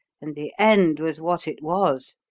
and the end was what it was!